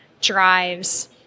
drives